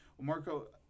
Marco